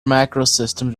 macrosystem